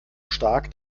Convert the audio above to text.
stark